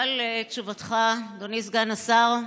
תודה על תשובתך, אדוני סגן השר.